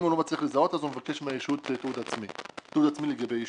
אם הוא לא מצליח לזהות אז הוא מבקש מהישות תיעוד עצמי לגבי הישות.